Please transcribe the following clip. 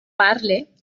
parle